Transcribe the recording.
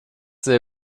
they